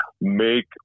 make